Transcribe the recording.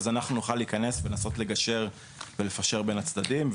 אז אנחנו נוכל להיכנס ולנסות לגשר ולפשר בין הצדדים.